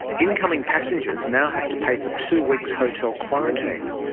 incoming passengers now have to pay for two weeks' hotel quarantine,